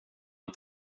att